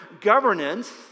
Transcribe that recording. governance